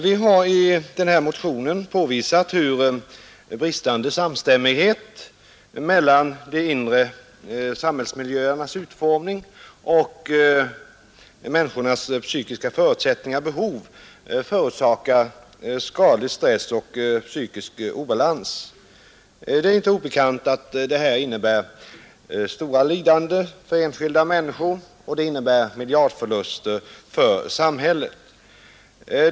Vi har i motionen påvisat hur bristande samstämmighet mellan de inre samhällsmiljöernas utformning och människornas psykiska förutsättningar och behov förorsakar skadlig stress och psykisk obalans. Det är inte obekant att detta innebär stora lidanden för enskilda människor och medför miljardförluster för samhället.